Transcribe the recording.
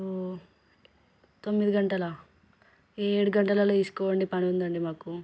తొమ్మిది గంటలా ఏడు గంటలలో తీసుకుపోండి పనుందండి మాకు